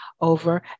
over